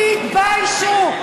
תתביישו.